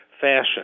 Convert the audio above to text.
fashion